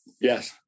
Yes